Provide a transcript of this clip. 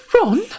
Ron